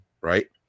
Right